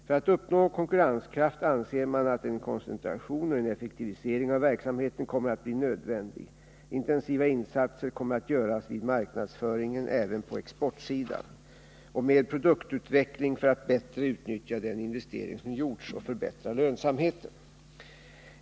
För att uppnå konkurrenskraft anser man att en koncentration och en effektivisering av verksamheten kommer att bli nödvändig. Intensiva insatser kommer att göras vid marknadsföringen, även på exportsidan, och med produktutveckling för att bättre utnyttja den investering som gjorts och förbättra lönsamheten.